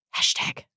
hashtag